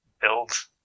build